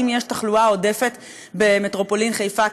אם יש תחלואה עודפת במטרופולין חיפה,